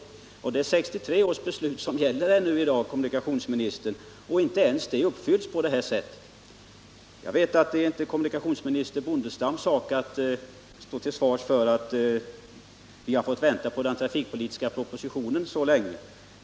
Det är 1963 års trafikbeslut som gäller än i dag, kommunikationsministern, och inte ens det uppfylls såsom förhållandena är nu. Jag vet att det inte är kommunikationsminister Bondestam som skall stå till svars för att vi fått vänta på den trafikpolitiska propositionen så länge.